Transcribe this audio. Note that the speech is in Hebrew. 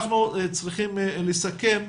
אנחנו צריכים לסכם,